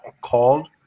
called